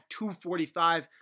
245